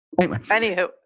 Anywho